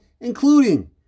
including